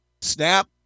Snap